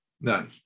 None